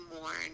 mourn